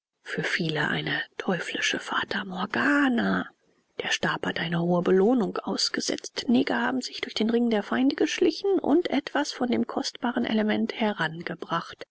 für viele eine teuflische fata morgana der stab hat eine hohe belohnung ausgesetzt neger haben sich durch den ring der feinde geschlichen und etwas von dem kostbaren element herangebracht